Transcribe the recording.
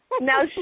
Now